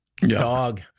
Dog